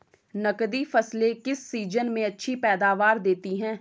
नकदी फसलें किस सीजन में अच्छी पैदावार देतीं हैं?